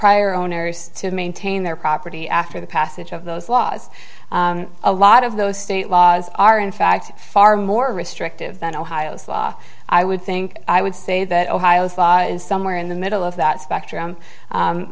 prior owners to maintain their property after the passage of those laws a lot of those state laws are in fact far more restrictive than ohio's law i would think i would say that ohio is somewhere in the middle of that spectrum